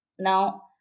Now